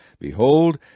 Behold